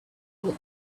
told